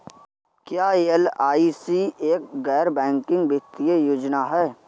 क्या एल.आई.सी एक गैर बैंकिंग वित्तीय योजना है?